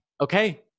okay